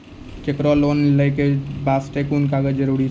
केकरो लोन लै के बास्ते कुन कागज जरूरी छै?